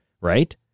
right